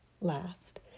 last